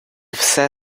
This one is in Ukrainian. все